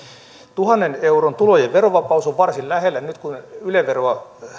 tuhannen euron tulojen verovapaus on varsin lähellä nyt kun yle veroa